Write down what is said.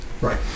Right